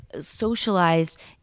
socialized